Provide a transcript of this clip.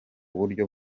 buryo